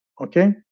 okay